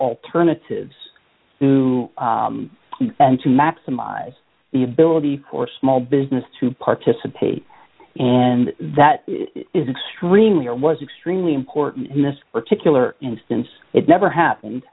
alternatives to and to maximize the ability for small business to participate and that is extremely or was extremely important in this particular instance it never happened